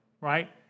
right